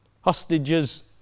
Hostages